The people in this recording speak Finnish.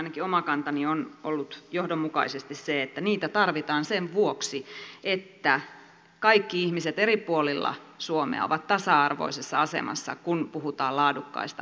ainakin oma kantani on ollut johdonmukaisesti se että niitä tarvitaan sen vuoksi että kaikki ihmiset eri puolilla suomea ovat tasa arvoisessa asemassa kun puhutaan laadukkaista asiantuntevista palveluista